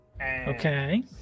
Okay